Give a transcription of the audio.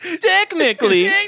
Technically